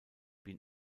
been